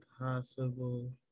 impossible